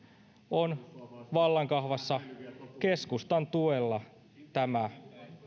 on vallan kahvassa keskustan tuella tämä